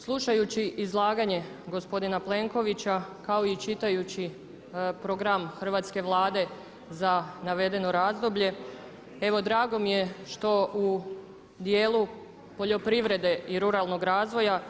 Slušajući izlaganje gospodina Plenkovića kao i čitajući program hrvatske Vlade za navedeno razdoblje, evo drago mi je što u dijelu poljoprivrede i ruralnog razvoja